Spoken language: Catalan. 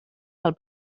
del